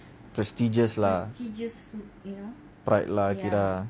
prestigious lah right lah